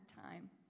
time